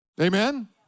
Amen